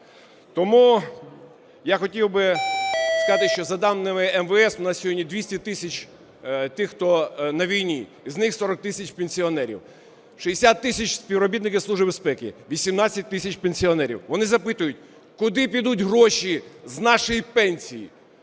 Тому я хотів би сказати, що за даними МВС у нас сьогодні 200 тисяч тих, хто на війні, з них 40 тисяч пенсіонерів, 60 тисяч – співробітники Служби безпеки, 18 тисяч пенсіонерів. Вони запитують, куди підуть гроші з нашої пенсії